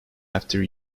after